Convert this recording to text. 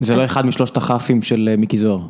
זה לא אחד משלושת הכףים של מיקי זוהר.